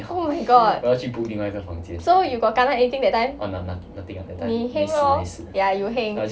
oh my god so you got kena anytime that time 你 heng lor ya you heng